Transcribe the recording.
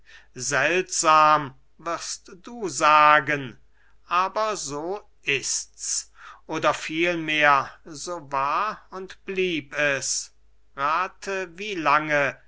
seltsam wirst du sagen aber so ists oder vielmehr so war und blieb es rathe wie lange